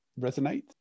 resonate